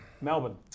Melbourne